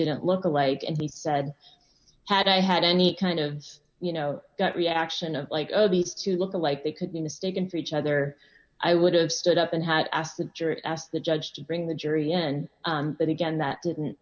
didn't look alike and he said had i had any kind of you know gut reaction of like obese to look like they could be mistaken for each other i would have stood up and had asked the jury asked the judge to bring the jury end but again that didn't